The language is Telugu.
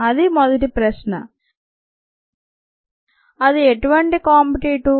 అది మొదటి ప్రశ్న అది ఎటువంటి కాంపిటీటివ్